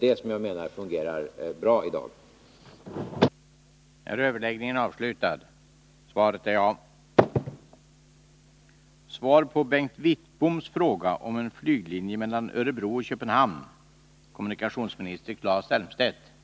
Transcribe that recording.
Detta fungerar bra i dag, menar jag.